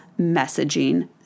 messaging